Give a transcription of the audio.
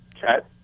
cat